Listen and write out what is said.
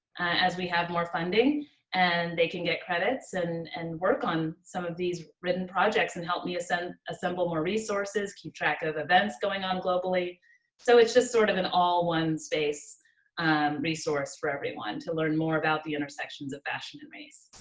as we have more funding and they can get credits and. and work on some of these written projects and help me ascend, assemble more resources, keep track of events going on globally so it's just sort of an all one space resource for everyone to learn more about the intersections of fashion and race.